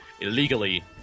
illegally